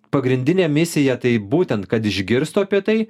pagrindinė misija tai būtent kad išgirstų apie tai